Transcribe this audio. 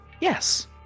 Yes